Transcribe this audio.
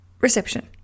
Reception